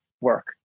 work